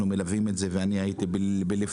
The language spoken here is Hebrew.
אנחנו מלווים את זה ואני הייתי במקומות